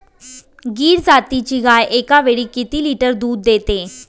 गीर जातीची गाय एकावेळी किती लिटर दूध देते?